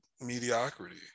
mediocrity